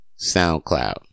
SoundCloud